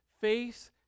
face